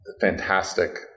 fantastic